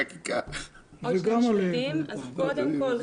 קודם כול,